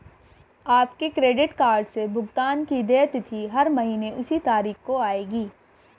आपके credit card से भुगतान की देय तिथि हर महीने उसी तारीख को आएगी